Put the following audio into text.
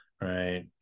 Right